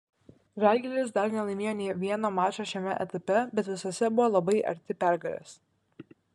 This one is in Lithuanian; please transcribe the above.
žalgiris dar nelaimėjo nė vieno mačo šiame etape bet visuose buvo labai arti pergalės